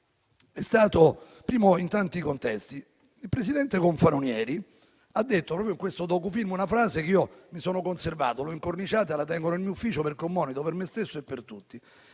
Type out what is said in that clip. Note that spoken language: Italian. È stato il primo in tanti contesti. Il presidente Confalonieri ha detto, proprio in questo docufilm, una frase che io ho conservato: l'ho incorniciata e la tengo nel mio ufficio, perché è un monito, per me stesso e per tutti.